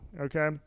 Okay